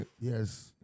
Yes